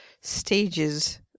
stages